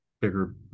bigger